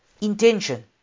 intention